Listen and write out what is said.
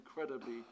incredibly